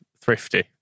thrifty